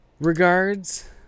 regards